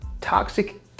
toxic